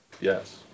Yes